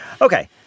Okay